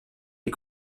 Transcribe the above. les